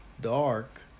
dark